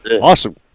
Awesome